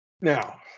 now